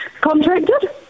contracted